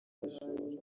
abajura